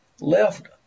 left